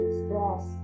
stress